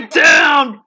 down